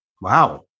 Wow